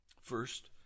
First